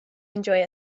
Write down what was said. enjoy